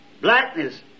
Blackness